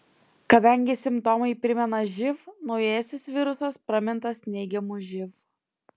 kadangi simptomai primena živ naujasis virusas pramintas neigiamu živ